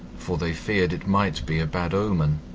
for they feared it might be a bad omen